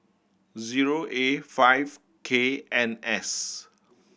zero A five K N S